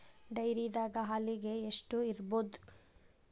ಡೈರಿದಾಗ ಹಾಲಿಗೆ ಎಷ್ಟು ಇರ್ಬೋದ್?